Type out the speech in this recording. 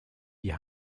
die